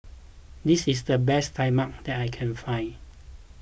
this is the best Tai Mak that I can find